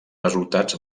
resultats